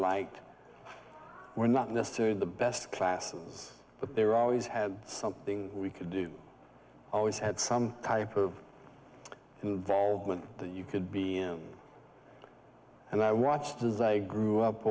liked were not necessarily the best classes but they were always had something we could do always at some type of involvement that you could be am and i watched as i grew up